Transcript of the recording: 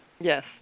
Yes